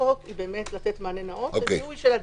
החוק היא לתת מענה נאות בזיהוי אדם.